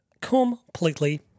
Completely